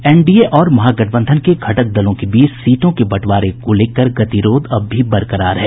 NDA और महागठबंधन के घटक दलों के बीच सीटों के बंटवारे को लेकर गतिरोध अब भी बरकरार है